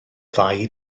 ddau